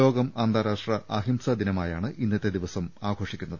ലോകം അന്താരാഷ്ട്ര അഹിംസാ ദിനമായാണ് ഇന്നത്തെ ദിവസം ആചരിക്കുന്നത്